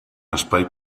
espai